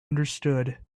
understood